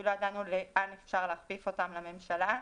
לא ידענו לאן אפשר להכפיף אותם בממשלה.